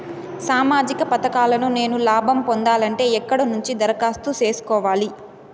సామాజిక పథకాలను నేను లాభం పొందాలంటే ఎక్కడ నుంచి దరఖాస్తు సేసుకోవాలి?